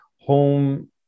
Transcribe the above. home